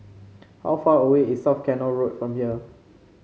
how far away is South Canal Road from here